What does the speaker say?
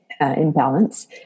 imbalance